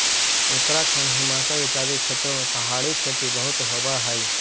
उत्तराखंड, हिमाचल इत्यादि क्षेत्रों में पहाड़ी खेती बहुत होवअ हई